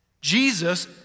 Jesus